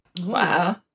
Wow